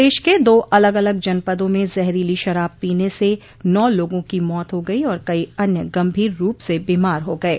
प्रदेश के दो अलग अलग जनपदों में जहरीली शराब पीने से नौ लोगों की मौत हो गई और कई अन्य गंभीर रूप से बीमार हो गये